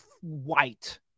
white